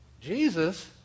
Jesus